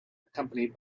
accompanied